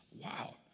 Wow